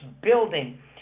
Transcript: building